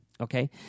Okay